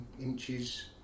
inches